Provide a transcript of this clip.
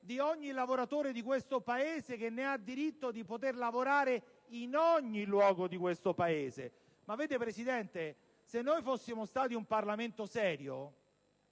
di ogni lavoratore di questo Paese, che ha diritto di poter lavorare in ogni luogo di questo Paese. Se noi fossimo un Parlamento serio,